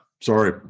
Sorry